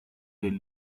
del